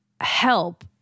help